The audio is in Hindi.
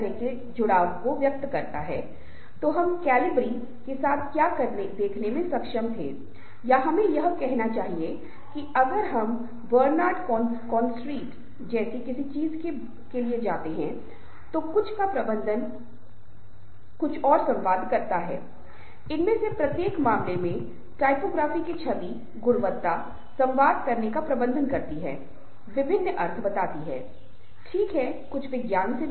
संचार के एक छात्र के रूप में मैं हमेशा बात पर ज़ोर देता हूँ की संचार वास्तव में बहुत महत्वपूर्ण भूमिका निभा रहा है जहां तक अच्छे व्यवहार का संबंध है क्योंकि केवल सब कुछ निर्भर करेगा कि लोग कैसे संवाद कर रहे हैं और एक दूसरे के साथ बातचीत करते हुए जैसा कि आप जानते हैं कि इसमें साझा करने प्रकटीकरण करने बातचीत करने औपचारिक अनौपचारिक चर्चा करने और दूसरों की चिंता करने जैसी कई चीजें शामिल हैं